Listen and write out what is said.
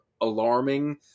alarming